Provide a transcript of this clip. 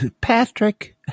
Patrick